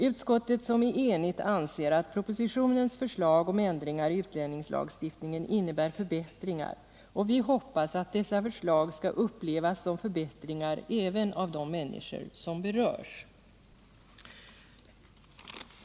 Utskottet, som är enigt, anser att propositionens förslag om ändringar i utlänningslagstiftningen innebär förbättringar, och vi hoppas att dessa förslag skall upplevas som förbättringar även av de människor som berörs.